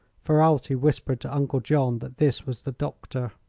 ferralti whispered to uncle john that this was the doctor.